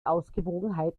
ausgewogenheit